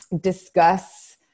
discuss